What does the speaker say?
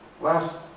Last